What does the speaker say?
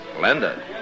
Linda